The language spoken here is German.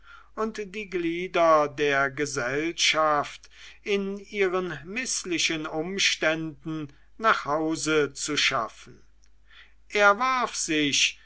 und die glieder der gesellschaft in ihren mißlichen umständen nach hause zu schaffen er warf sich